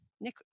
Nick